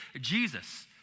Jesus